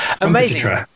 amazing